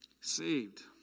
Saved